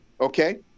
okay